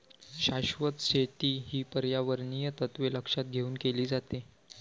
शाश्वत शेती ही पर्यावरणीय तत्त्वे लक्षात घेऊन केली जाते